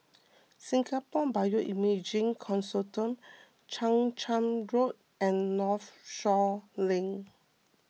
Singapore Bioimaging Consortium Chang Charn Road and Northshore Link